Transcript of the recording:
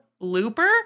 Looper